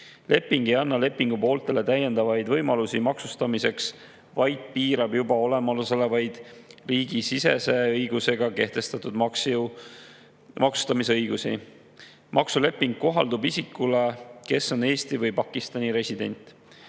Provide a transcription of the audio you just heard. Leping ei anna lepingupooltele täiendavaid võimalusi maksustamiseks, vaid piirab juba olemasolevat riigisisese õigusega kehtestatud maksustamisõigust. Maksuleping kohaldub isikule, kes on Eesti või Pakistani resident.